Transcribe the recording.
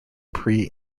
prix